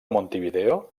montevideo